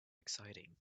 exciting